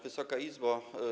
Wysoka Izbo!